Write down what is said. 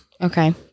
Okay